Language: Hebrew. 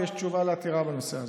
ויש תשובה על עתירה בנושא הזה.